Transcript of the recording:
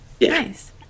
Nice